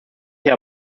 hier